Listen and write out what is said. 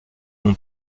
mon